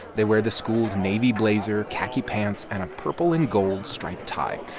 they wear the school's navy blazer, khaki pants and a purple and gold striped tie.